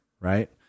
right